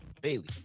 Bailey